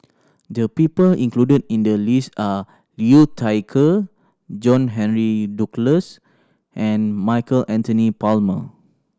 the people included in the list are Liu Thai Ker John Henry Duclos and Michael Anthony